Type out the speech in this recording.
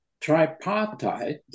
tripartite